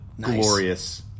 glorious